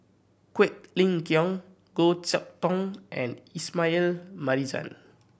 Quek Ling Kiong Goh Chok Tong and Ismail Marjan